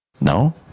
No